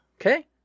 Okay